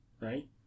Right